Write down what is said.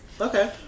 Okay